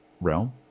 realm